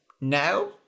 no